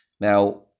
Now